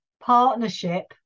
partnership